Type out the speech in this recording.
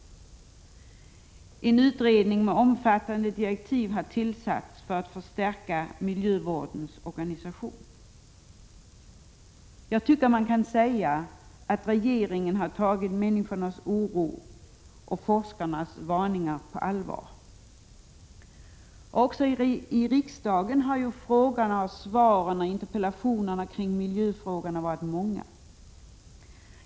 En utredning med omfattande direktiv har tillsatts för att förstärka miljövårdens organisation. Regeringen har tagit människornas oro och forskarnas varningar på allvar. Också i riksdagen har frågorna, svaren och interpellationerna om miljöfrågorna varit många.